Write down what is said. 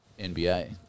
NBA